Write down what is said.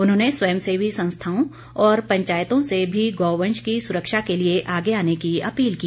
उन्होंने स्वयंसेवी संस्थाओं और पंचायतों से भी गौ वंश की सुरक्षा के लिए आगे आने की अपील की